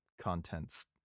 contents